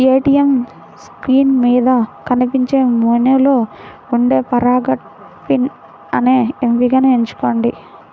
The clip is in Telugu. ఏటీయం స్క్రీన్ మీద కనిపించే మెనూలో ఉండే ఫర్గాట్ పిన్ అనే ఎంపికను ఎంచుకోండి